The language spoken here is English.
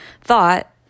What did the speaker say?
thought